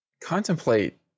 contemplate